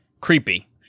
creepy